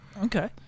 Okay